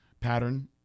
pattern